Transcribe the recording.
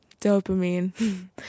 dopamine